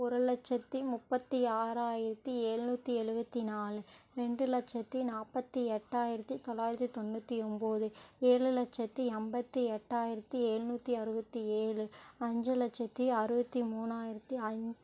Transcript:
ஒரு லட்சத்து முப்பத்து ஆறாயிரத்து எழுநூற்றி எழுபத்தி நாலு ரெண்டு லட்சத்து நாற்பத்தி எட்டாயிரத்து தொள்ளாயிரத்தி தொண்ணூற்றி ஒம்பது ஏழு லட்சத்து ஐம்பத்தி எட்டாயிரத்து ஏழ்நூற்றி அறுபத்தி ஏழு அஞ்சு லட்சத்து அறுபத்தி மூணாயிரத்து அஞ்